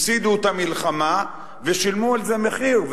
הפסידו את המלחמה ושילמו על זה מחיר,